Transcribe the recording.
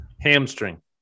Hamstring